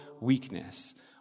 weakness